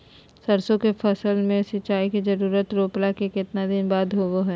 सरसों के फसल में सिंचाई के जरूरत रोपला के कितना दिन बाद होबो हय?